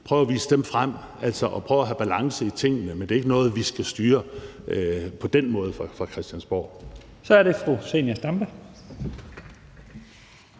prøver at vise dem frem og prøver at have balance i tingene. Men det er ikke noget, vi skal styre på den måde fra Christiansborg. Kl. 11:39 Første